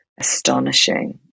astonishing